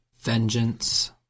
vengeance